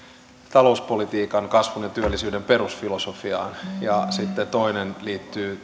talouspolitiikan kasvun ja työllisyyden perusfilosofiaan ja sitten toinen liittyy